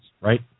right